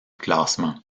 classement